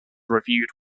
reviewed